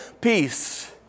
peace